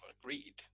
Agreed